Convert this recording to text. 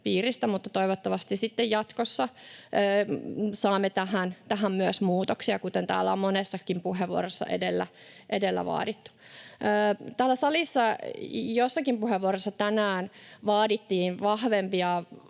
piiristä, mutta toivottavasti sitten jatkossa saamme tähän myös muutoksia, kuten täällä on monessakin puheenvuorossa edellä vaadittu. Täällä salissa joissakin puheenvuorossa tänään vaadittiin vahvempia